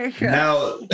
Now